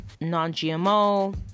non-GMO